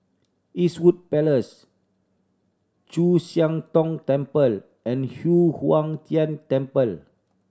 Eastwood Place Chu Siang Tong Temple and Yu Huang Tian Temple